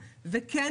וקבלני משנה,